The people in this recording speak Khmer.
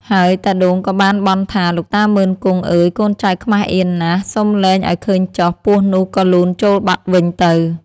ហើយតាដូងក៏បានបន់ថា លោកតា មុឺន-គង់ អើយ កូនចៅខ្មាសអៀនណាស់ សុំលែងឲ្យឃើញចុះ ពស់នោះក៏លូនចូលបាត់វិញទៅ។